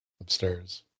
Upstairs